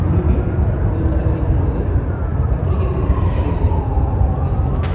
உரிமை தற்பொழுது தடை செய்யப்பட்டுள்ளது பத்திரிக்கை சுகந்திரமும் தடை செய்யப்பட்டுள்ளதாக கருதுகின்றேன்